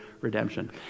redemption